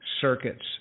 circuits